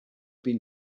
been